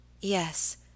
Yes